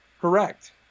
Correct